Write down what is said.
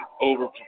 over